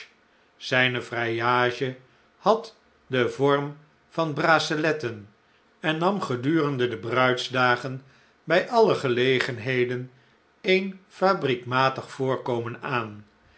zijne vrijage had den vorm van braceletten en nam gedurende de bruidsdagen bij alle gelegenheden een fabriekmatig voorkomen aan